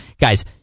Guys